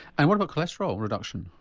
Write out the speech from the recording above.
and what about cholesterol reduction?